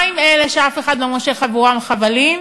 מה עם אלה שאף אחד לא מושך עבורם חבלים?